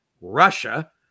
Russia